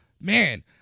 man